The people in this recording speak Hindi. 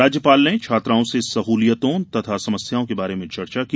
राज्यपाल ने छात्राओं से सहलियतों तथा समस्याओं के बारे में चर्चा की